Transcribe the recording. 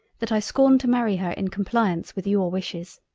that i scorn to marry her in compliance with your wishes.